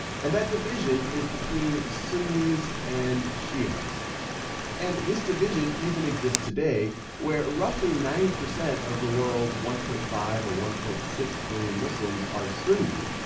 and that division is between sunnis and shias. and this division even exists today where roughly ninety percent of the world's one point five or one point six billion muslims are sunni,